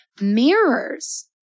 Mirrors